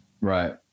Right